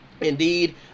Indeed